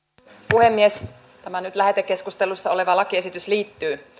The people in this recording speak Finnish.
puhemies tämä nyt lähetekeskustelussa oleva lakiesitys liittyy